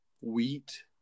wheat